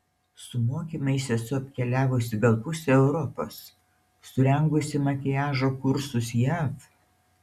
su mokymais esu apkeliavusi gal pusę europos surengusi makiažo kursus jav